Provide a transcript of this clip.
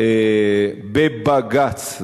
בבג"ץ,